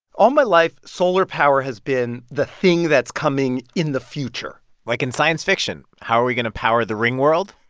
all my life, solar power has been the thing that's coming in the future like in science fiction, how are we going to power the ringworld?